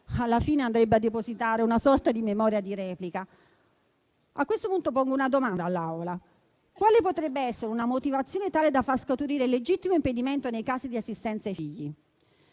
alla fine andrebbe a depositare una sorta di memoria di replica. A questo punto pongo una domanda all'Assemblea: quale potrebbe essere una motivazione tale da far scaturire il legittimo impedimento nei casi di assistenza ai figli?